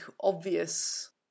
obvious